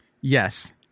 Yes